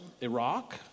Iraq